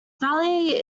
valley